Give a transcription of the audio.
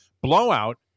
blowout